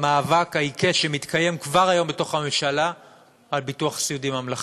במאבק העיקש שמתקיים כבר היום בתוך הממשלה על ביטוח סיעודי ממלכתי.